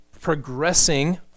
progressing